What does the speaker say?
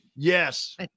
Yes